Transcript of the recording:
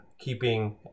keeping